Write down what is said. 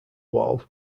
wall